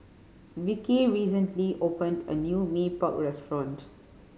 Vicky recently opened a new Mee Pok restaurant